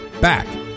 back